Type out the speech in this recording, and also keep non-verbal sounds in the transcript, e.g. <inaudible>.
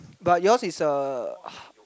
but yours is a <breath>